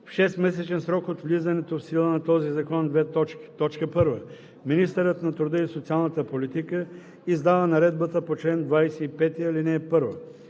В 6-месечен срок от влизането в сила на този закон: 1. Министърът на труда и социалната политика издава наредбата по чл. 25, ал. 1.